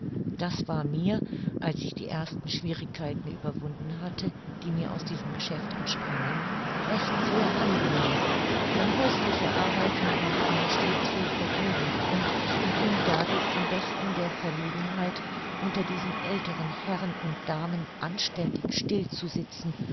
das war mir als ich die ersten schwierigkeiten überwunden hatte die mir aus diesem geschäft entsprangen recht sehr angenehm denn häusliche arbeiten machten mir stets viel vergnügen und ich entging dadurch am besten der verlegenheit unter diesen älteren herren und damen anständig still zu sitzen